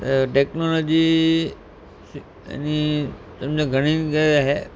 त टेक्नोलॉजी अनी सम्झो घणेई खे